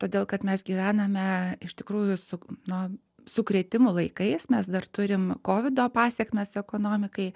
todėl kad mes gyvename iš tikrųjų su na sukrėtimų laikais mes dar turim kovido pasekmes ekonomikai